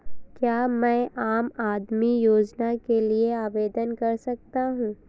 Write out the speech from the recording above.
क्या मैं आम आदमी योजना के लिए आवेदन कर सकता हूँ?